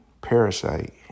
parasite